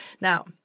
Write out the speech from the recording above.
Now